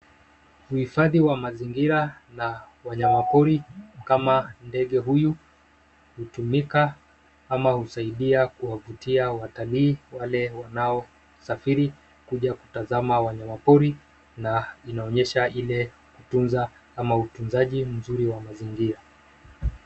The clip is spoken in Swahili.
Uhifadhi wa mazingira na wanyama pori kama ndege huyu hutumika ama husaidia kuwavutia watalii wale wanao safiri kuja kutazama wanyama pori na inaonyesha ile kutunza ama utunzaji mzuri wa mazingira.